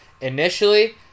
initially